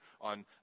on